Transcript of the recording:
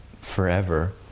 forever